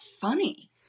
funny